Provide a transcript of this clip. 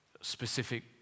specific